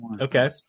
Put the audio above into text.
Okay